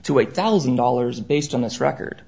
to eight thousand dollars based on this record